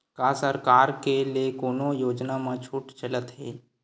का सरकार के ले कोनो योजना म छुट चलत हे?